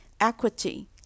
equity